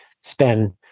spend